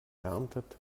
erntet